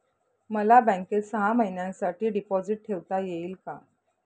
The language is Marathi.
मला बँकेत सहा महिन्यांसाठी डिपॉझिट ठेवता येईल का?